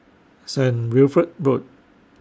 Saint Wilfred Road